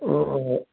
ꯑꯣ ꯑꯍꯣꯏ